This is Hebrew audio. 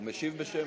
הוא משיב בשם,